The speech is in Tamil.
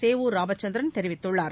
சேவூர் ராமச்சந்திரன் தெரிவித்துள்ளார்